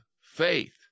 faith